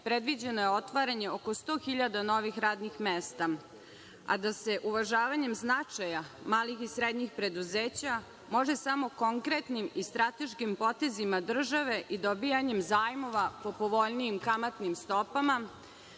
predviđeno je otvaranje oko 100 hiljada novih radnih mesta, a da se uvažavanjem značaja malih i srednjih preduzeća može samo konkretnim i strateškim potezima države i dobijanjem zajmova po povoljnijim kamatnim stopama,